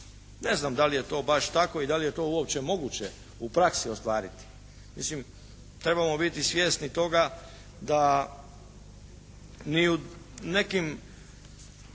Ne znam da li je to baš tako i da li je to uopće moguće u praksi ostvariti. Mislim, trebamo biti svjesni toga da ni u nekim